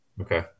Okay